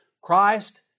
Christ